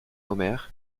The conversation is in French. omer